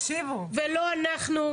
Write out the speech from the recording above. זה לא אנחנו,